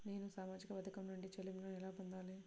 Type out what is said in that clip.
నేను సామాజిక పథకం నుండి చెల్లింపును ఎలా పొందాలి?